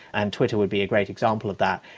and twitter would be a great example of that,